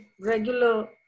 regular